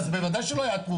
אז בוודאי שלא יאתרו,